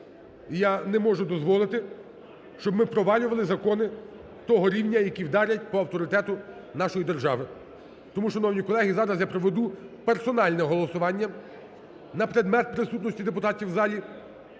я не можу дозволити, щоб ми провалювали закони того рівня, які вдарять по авторитету нашої держави. Тому, шановні колеги, зараз я проведу персональне голосування на предмет присутності депутатів у залі.